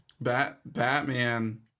Bat-Batman